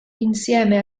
insieme